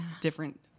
different